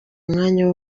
umwanya